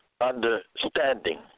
understanding